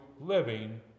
living